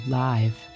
live